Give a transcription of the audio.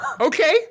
Okay